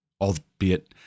albeit